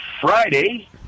Friday